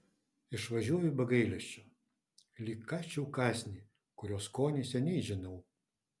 išvažiuoju be gailesčio lyg kąsčiau kąsnį kurio skonį seniai žinau